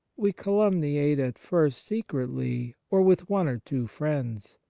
we calumniate at first secretly or with one or two friends,